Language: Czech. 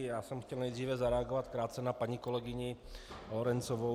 Já jsem chtěl nejdříve zareagovat krátce na paní kolegyni Lorencovou.